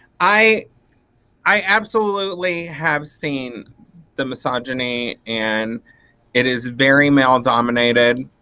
i i absolutely have seen the misogyny and it is very male dominated,